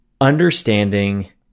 understanding